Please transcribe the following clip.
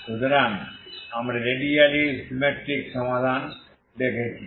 সুতরাং আমরা radially symmetric সমাধান দেখেছি